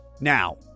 Now